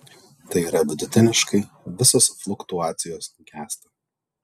tai yra vidutiniškai visos fluktuacijos gęsta